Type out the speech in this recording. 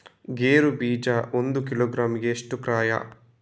ಗೇರು ಬೀಜ ಒಂದು ಕಿಲೋಗ್ರಾಂ ಗೆ ಎಷ್ಟು ಕ್ರಯ?